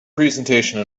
presentation